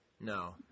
No